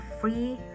free